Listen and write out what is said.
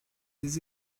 des